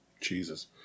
Jesus